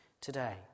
today